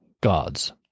gods